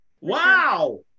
wow